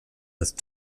with